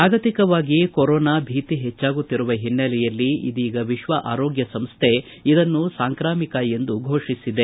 ಜಾಗತಿಕವಾಗಿ ಕೊರೊನಾ ಭೀತಿ ಹೆಚ್ಚಾಗುತ್ತಿರುವ ಹಿನ್ನಲೆಯಲ್ಲಿ ಇದೀಗ ವಿಶ್ವ ಆರೋಗ್ಯ ಸಂಶೈ ಇದನ್ನು ಸಾಂಕ್ರಾಮಿಕ ಎಂದು ಫೋಷಿಸಿದೆ